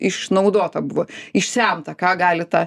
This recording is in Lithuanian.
išnaudota buvo išsemta ką gali ta